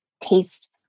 taste